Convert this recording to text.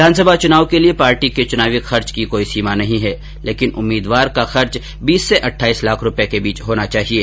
विधानसभा चुनावों के लिये पार्टी के चुनावी खर्च की कोई सीमा नहीं है लेकिन उम्मीदवार का खर्च बीस से अट्टाईस लाख रुपये के बीच होना चाहिये